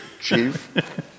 chief